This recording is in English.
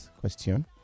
Question